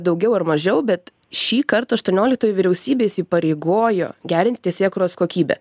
daugiau ar mažiau bet šįkart aštuonioliktoji vyriausybė įsipareigojo gerint teisėkūros kokybę